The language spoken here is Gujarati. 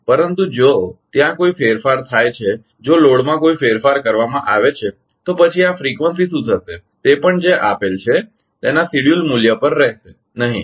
પરંતુ જો ત્યાં કોઈ ફેરફાર થાય છે જો લોડમાં કોઈ ફેરફાર કરવામાં આવે છે તો પછી આ ફ્રીકવંસીફ્રીકવંસી શું થશે તે પણ જે આપેલ છે તેના શેડ્યૂલ મૂલ્ય પર રહેશે નહીં